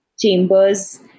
chambers